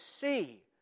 see